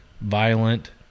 violent